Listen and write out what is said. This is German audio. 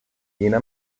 jena